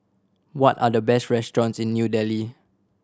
what are the best restaurants in New Delhi